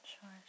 Sure